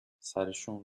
سرشون